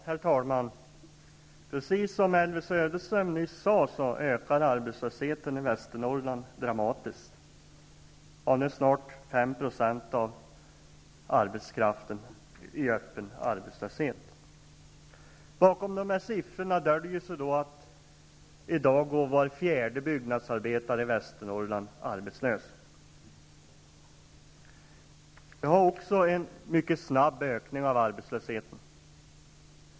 Herr talman! Precis som Elvy Söderström nyss sade ökar arbetslösheten i Västernorrland dramatiskt. Vi har nu snart 5 % av arbetskraften i öppen arbetslöshet. I dag går var fjärde byggnadsarbetare i Västernorrland arbetslös. Vi har också en mycket snabb ökning av arbetslösheten.